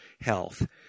health